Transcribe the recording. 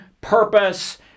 purpose